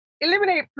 Eliminate